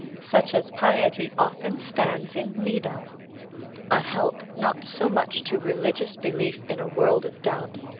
such as piety often stands in need of a help, not so much to religious belief in a world of doubt,